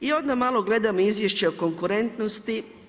I onda malo gledam izvješće o konkurentnosti.